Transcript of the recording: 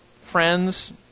friends